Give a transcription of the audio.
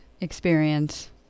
experience